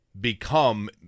become